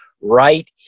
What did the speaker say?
right